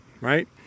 right